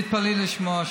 אז תתפלאי לשמוע.